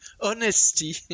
honesty